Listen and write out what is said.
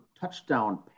touchdown